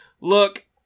look